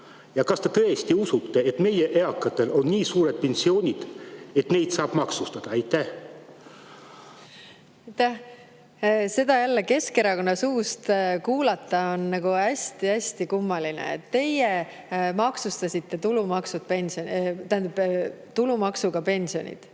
Kas te tõesti usute, et meie eakatel on nii suured pensionid, et neid saab maksustada? Aitäh! Seda jälle Keskerakonna suust kuulda on hästi-hästi kummaline. Teie maksustasite tulumaksuga pensionid